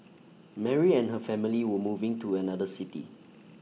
Mary and her family were moving to another city